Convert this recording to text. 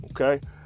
Okay